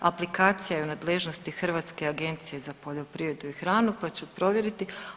Aplikacija je u nadležnosti Hrvatske agencije za poljoprivredu i hranu, pa ću provjeriti.